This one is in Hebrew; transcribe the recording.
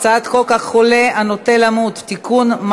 הצעת חוק החולה הנוטה למות (תיקון,